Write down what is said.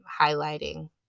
highlighting